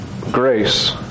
grace